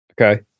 Okay